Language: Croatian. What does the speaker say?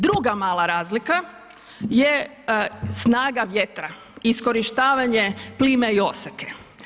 Druga mala razlika je snaga vjetra, iskorištavanje plime i oseke.